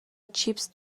چیپس